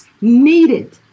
needed